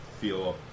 feel